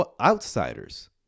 outsiders